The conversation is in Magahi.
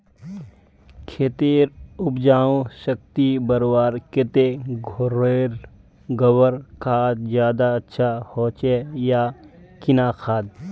खेतेर उपजाऊ शक्ति बढ़वार केते घोरेर गबर खाद ज्यादा अच्छा होचे या किना खाद?